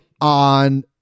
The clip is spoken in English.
on